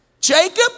Jacob